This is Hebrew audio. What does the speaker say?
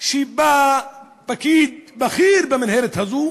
שיקבע פקיד בכיר במינהלת הזאת.